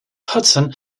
hudson